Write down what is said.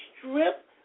strip